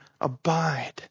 abide